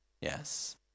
Yes